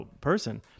person